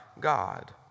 God